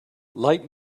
light